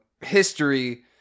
history